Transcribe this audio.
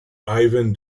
ivan